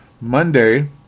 Monday